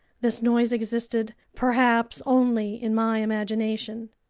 this noise existed, perhaps, only in my imagination!